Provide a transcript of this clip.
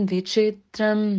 Vichitram